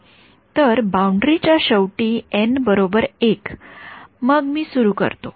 तरबाउंडरी च्या शेवटी एन १ मग मी सुरू करतो